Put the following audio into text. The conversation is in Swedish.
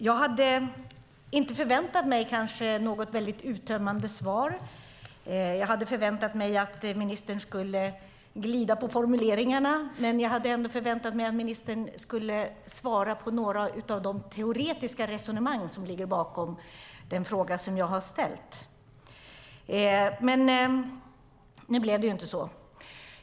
Jag hade inte förväntat mig något uttömmande svar, jag hade förväntat mig att ministern skulle glida på formuleringarna, men jag hade ändå förväntat mig att ministern skulle svara på några av de teoretiska resonemang som ligger bakom den fråga som jag har ställt. Nu blev det inte så.